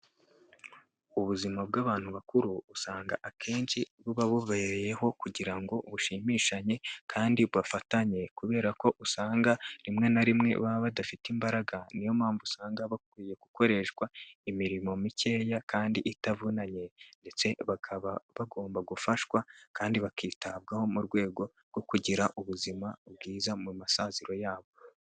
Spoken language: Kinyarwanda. Ubuzima bw'abantu bakuru usanga akenshi buba bubereyeho kugira ngo bushimishanye, kandi bafatanye kubera ko usanga rimwe na rimwe baba badafite imbaraga, niyo mpamvu usanga bakwiye gukoreshwa imirimo mikeya kandi itavunanye ndetse bakaba bagomba gufashwa, kandi bakitabwaho mu rwego rwo kugira ubuzima bwiza mu masaziro yabo.